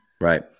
Right